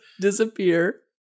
disappear